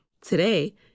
Today